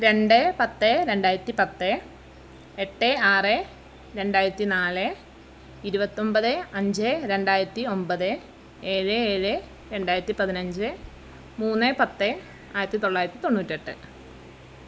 രണ്ട് പത്ത് രണ്ടായിരത്തി പത്ത് എട്ട് ആറ് രണ്ടായിരത്തി നാല് ഇരുപത്തൊൻപത് അഞ്ച് രണ്ടായിരത്തി ഒൻപത് ഏഴ് ഏഴ് രണ്ടായിരത്തി പതിനഞ്ച് മൂന്ന് പത്ത് ആയിരത്തി തൊള്ളായിരത്തി തൊണ്ണൂറ്റി എട്ട്